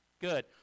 good